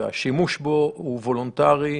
והשימוש בו הוא וולונטרי,